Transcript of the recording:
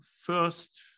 first